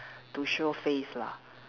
to show face lah